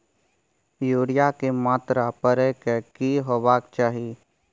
Urea के मात्रा परै के की होबाक चाही?